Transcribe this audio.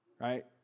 Right